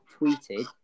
tweeted